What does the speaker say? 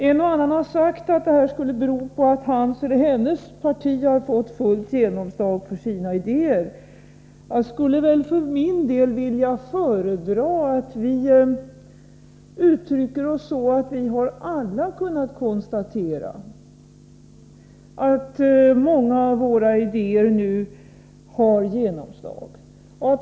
En och annan har sagt att det här skulle bero på att hans eller hennes parti har fått fullt genomslag för sina idéer. Jag skulle för min del föredra att vi uttrycker oss så, att vi alla har kunnat konstatera att många av våra idéer nu fått genomslag.